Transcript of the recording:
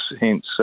hence